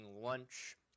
lunch